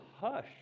Hush